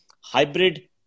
hybrid